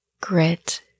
grit